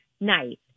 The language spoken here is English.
night